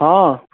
हँ